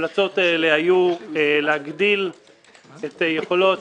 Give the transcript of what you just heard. ההמלצות האלה היו להגדיל את יכולות